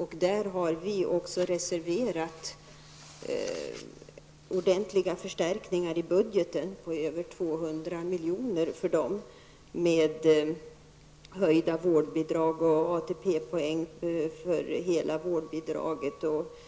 Vi har också för detta ändamål föreslagit väsentliga förstärkningar i budgeten, dvs. med över 200 miljoner, för höjda vårdbidrag och ATP-poäng för hela vårdbidraget. Vi har vidare föreslagit att